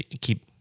keep